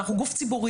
אנחנו גוף ציבורי.